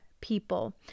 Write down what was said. people